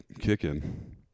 kicking